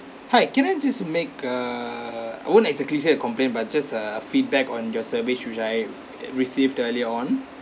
hi can I just make a won't exactly say a complaint but just a feedback on your service which I received earlier on